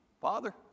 Father